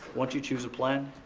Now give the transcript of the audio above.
once you chose a plan,